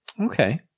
Okay